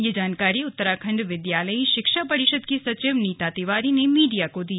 यह जानकारी उत्तराखण्ड विद्यालयी शिक्षा परिषद की सचिव नीता तिवारी ने मीडिया को दी